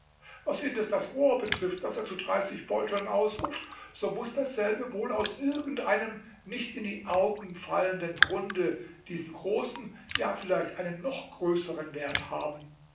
was indes das rohr betrifft das er zu dreißig beuteln ausruft so muß dasselbe wohl aus irgendeinem nicht in die augen fallenden grunde diesen großen ja vielleicht einen noch größeren wert haben